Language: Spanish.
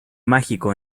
mágico